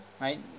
right